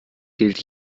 gilt